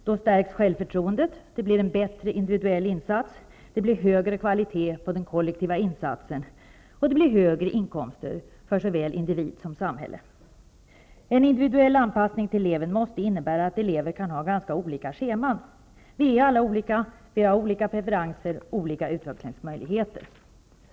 Då stärks självförtroendet, det blir en bättre individuell insats, det blir högre kvalitet på den kollektiva insatsen, och det blir högre inkomster för såväl individ som samhälle. En individuell anpassning till eleven måste innebära att elever kan ha ganska olika scheman. Vi är alla olika. Vi har olika preferenser, olika utvecklingsmöjligheter.